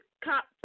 cop